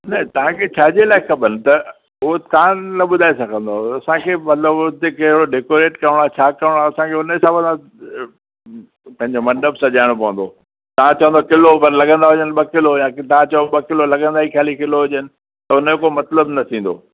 न तव्हांखे छा जे लाइ खपनि त उहो तव्हां न ॿुधाए सघंदव असांखे मतिलबु हुते कहिड़ो डेकोरेट करणो आहे छा करणो आहे असांखे उन हिसाब सां पंहिंजो मंडप सॼाइणो पवंदो तव्हां चवंदव किलो खनि लॻंदा हुजनि ॿ किलो या तव्हां चओ ॿ किलो लॻंदा ई खाली किलो हुजनि त उनजो पोइ मतिलबु न थींदो